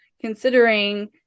considering